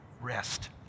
rest